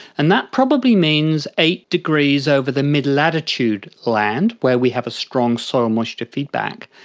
and that probably means eight degrees over the mid-latitude land where we have a strong soil moisture feedback,